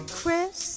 Chris